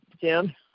Jim